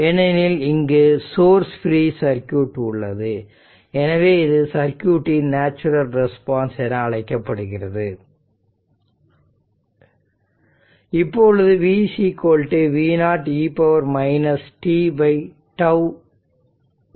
ஏனெனில் இங்கு source free circuit உள்ளது எனவே இது சர்க்யூட் இன் நேச்சுரல் ரெஸ்பான்ஸ் என அழைக்கப்படுகிறது இப்பொழுது V v0 e tτ வரையலாம்